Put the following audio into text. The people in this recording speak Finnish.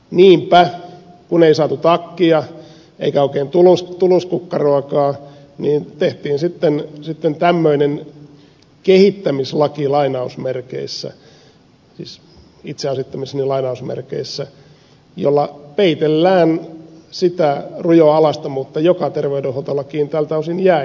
niinpä kun ei saatu takkia eikä oikein tuluskukkaroakaan tehtiin tämmöinen kehittämislaki lainausmerkeissä siis itse asettamissani lainausmerkeissä jolla peitellään sitä rujoa alastomuutta joka terveydenhuoltolakiin tältä osin jäi